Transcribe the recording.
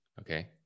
Okay